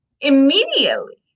immediately